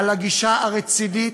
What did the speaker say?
על הגישה הרצינית,